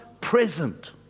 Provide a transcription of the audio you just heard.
present